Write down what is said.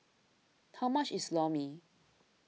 how much is Lor Mee